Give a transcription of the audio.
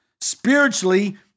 Spiritually